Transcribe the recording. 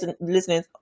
listening